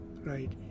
right